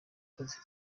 akazi